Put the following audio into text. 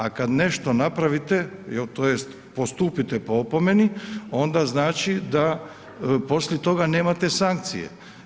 A kada nešto napravite tj. postupite po opomeni onda znači da poslije toga nemate sankcije.